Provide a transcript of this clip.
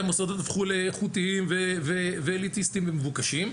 והמוסדות הפכו לאיכותיים, ואליטיסטיים ומבוקשים,